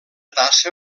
tassa